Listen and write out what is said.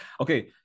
Okay